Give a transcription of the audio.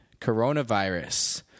coronavirus